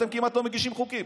אתם כמעט לא מגישים חוקים.